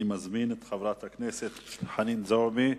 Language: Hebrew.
אני מזמין את חברת הכנסת חנין זועבי,